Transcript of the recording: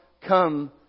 come